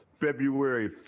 February